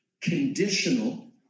conditional